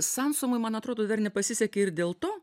sansomui man atrodo dar nepasisekė ir dėl to